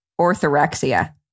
orthorexia